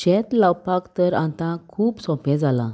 शेत लावपाक तर आतां खूब सोंपें जालां